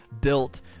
built